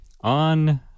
On